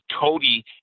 Cody